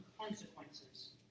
consequences